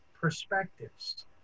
perspectives